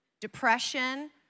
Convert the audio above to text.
depression